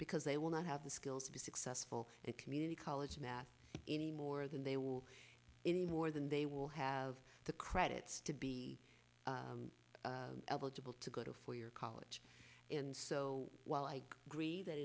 because they will not have the skills to be successful and community college math any more than they will any more than they will have the credits to be eligible to go to a four year college and so while i agree that